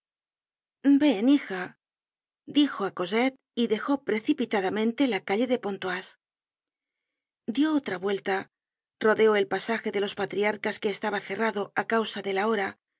ven hija dijo á cosette y dejó precipitadamente la calle de pontoise dió otra vuelta rodeó el pasaje de los patriarcas que estaba cerrado á causa de la hora